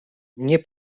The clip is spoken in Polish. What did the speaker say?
nie